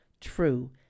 true